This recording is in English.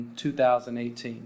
2018